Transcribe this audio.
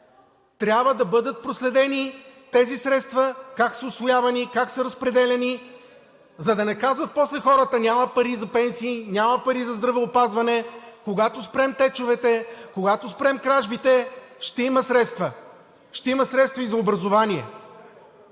Трябва да бъдат проследени тези средства – как са усвоявани, как са разпределяни, за да не казват после хората няма пари за пенсии, няма пари за здравеопазване. Когато спрем течовете, когато спрем кражбите, ще има средства, ще има средства и за образование.